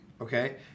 Okay